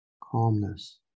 calmness